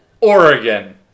Oregon